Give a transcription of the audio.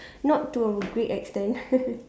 not to a great extent